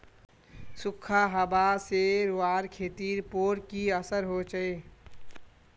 सुखखा हाबा से रूआँर खेतीर पोर की असर होचए?